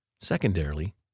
Secondarily